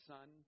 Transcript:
Son